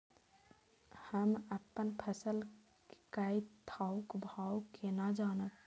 हम अपन फसल कै थौक भाव केना जानब?